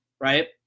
Right